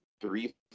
three